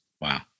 Wow